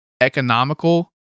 economical